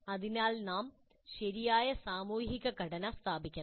അതിനാൽ നാം ശരിയായ സാമൂഹിക ഘടന സ്ഥാപിക്കണം